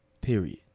period